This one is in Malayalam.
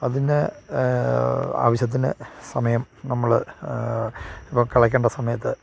അതിന് ആവശ്യത്തിന് സമയം നമ്മൾ ഇപ്പം കിളക്കേണ്ട സമയത്ത്